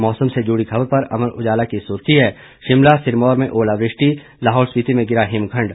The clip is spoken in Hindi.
मौसम से जुड़ी खबर पर अमर उजाला की सुर्खी है शिमला सिरमौर में ओलावृष्टि लाहौल स्पिति में गिरा हिमखंड